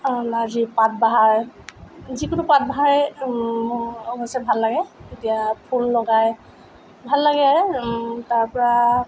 নাৰ্জী পাত বাহাৰ যিকোনো পাত বাহাৰেই অৱশ্যে ভাল লাগে তেতিয়া ফুল লগাই ভাল লাগে তাৰপৰা